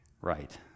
Right